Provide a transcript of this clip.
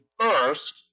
first